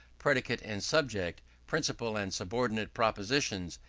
predicate and subject, principal and subordinate propositions,